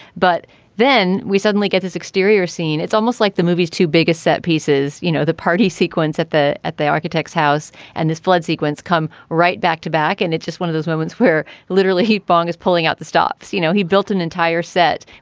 but then we suddenly get his exterior scene it's almost like the movie's two biggest set pieces. you know the party sequence at the at the architects house and this flood sequence come right back to back and it's just one of those moments where literally heat bong is pulling out the stops. you know he built an entire set.